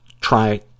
try